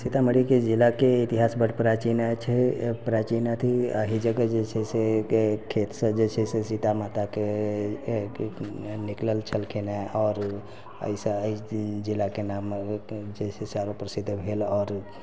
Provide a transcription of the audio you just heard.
सीतामढ़ी के जिलाके इतिहास बड्ड प्राचीन छै प्राचीन अथी एहि जगह जे छै से खेत सऽ जे छै सीता माता के निकलल छलखिन आओर एहि सऽ जिलाके नाम जे छै आरो प्रसिद्ध भेल आओर